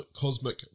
Cosmic